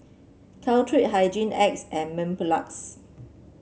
Caltrate Hygin X and Mepilex